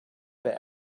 peu